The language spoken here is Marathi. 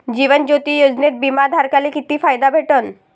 जीवन ज्योती योजनेत बिमा धारकाले किती फायदा भेटन?